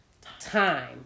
time